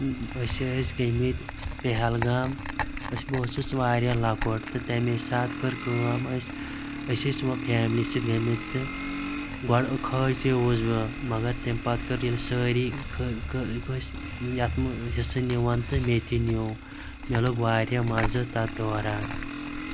أسۍ ٲسۍ گٔمٕتۍ پہلگام أسۍ بہٕ اوسُس واریاہ لۄکُٹ تہٕ تَمے ساتہٕ کٔر کٲم أسۍ أسۍ ٲسۍ وۄنۍ فیملی سۭتۍ گٔمٕتۍ تہٕ گۄڈٕ کھوژیوس بہٕ مگر تَمہِ پَتہٕ کٔر ییٚلہِ سٲری کٲنٛسہِ یَتھ حِصہٕ نِوان تہٕ مےٚ تہِ نِیوٗ مےٚ لوٚگ واریاہ مَزٕ تَتھ دوران